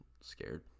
scared